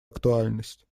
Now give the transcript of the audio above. актуальность